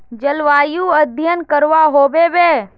जलवायु अध्यन करवा होबे बे?